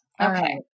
Okay